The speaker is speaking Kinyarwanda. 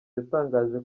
yatangaje